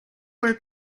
where